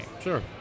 Sure